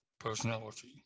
Personality